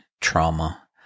trauma